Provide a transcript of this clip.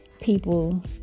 people